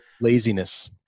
Laziness